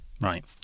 Right